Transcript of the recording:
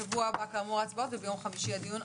כאמור, בשבוע הבא ההצבעות וביום חמישי הדיון.